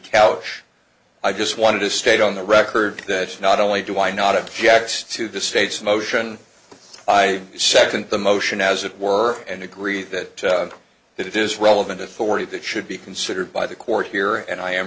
couch i just wanted to state on the record that not only do i not objects to the state's motion i second the motion as it were and agree that it is relevant authority that should be considered by the court here and i am